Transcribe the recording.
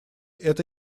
это